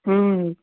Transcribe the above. हूँ